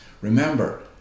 Remember